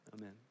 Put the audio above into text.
amen